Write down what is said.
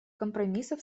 компромиссов